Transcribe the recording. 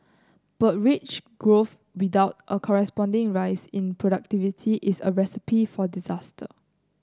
but wage growth without a corresponding rise in productivity is a recipe for disaster